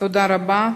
תודה רבה.